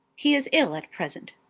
he is ill at present.